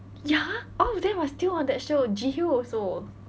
ya all of them are still on that show ji hyo also